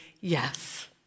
yes